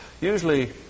usually